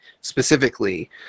specifically